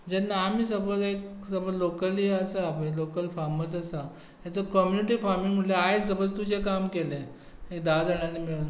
जेन्ना आमी सगळे लोकल आसा लोकल फार्मर्स आसा कम्युनिटी फार्मिंग म्हणल्यार आयज समज तुजें काम केलें एक धा जाणांनी मेळून